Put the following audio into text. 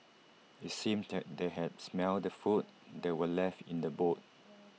IT seemed that they had smelt the food that were left in the boot